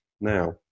now